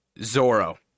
Zoro